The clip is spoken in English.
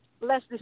less